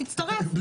תצטרף.